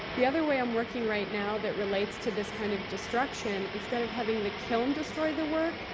the other way i'm working right now that relates to this kind of destruction. instead of having the kiln destroy the work,